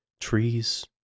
Trees